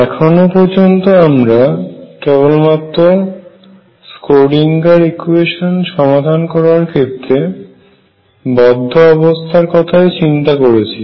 এখনো পর্যন্ত আমরা কেবলমাত্র স্ক্রোডিঙ্গার ইকুয়েশান সমাধান করার ক্ষেত্রে বদ্ধ অবস্থার কথাই চিন্তা করেছি